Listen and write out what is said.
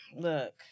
look